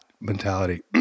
mentality